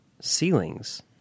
ceilings